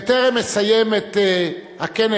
בטרם אסיים את הכנס,